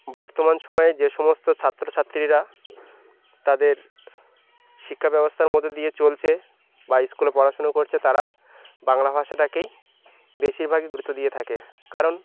বর্তমান সময়ে যে সমস্ত ছাত্রছাত্রীরা তাদের শিক্ষা ব্যবস্থার মধ্যে দিয়ে চলছে বা স্কুলে পড়াশোনা করছে তারা বাংলা ভাষাটাকেই বেশিরভাগই গুরুত্ব দিয়ে থাকে কারণ